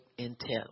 Intent